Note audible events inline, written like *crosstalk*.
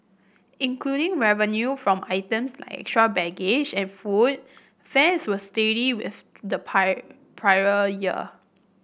including revenue from items like extra baggage and food fares were steady with the *unintelligible* prior year